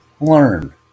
Learn